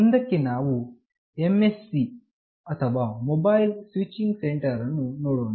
ಮುಂದಕ್ಕೆ ನಾವು MSC ಅಥವಾ ಮೊಬೈಲ್ ಸ್ವಿಚಿಂಗ್ ಸೆಂಟರ್ ಅನ್ನು ನೋಡೋಣ